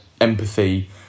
empathy